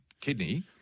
kidney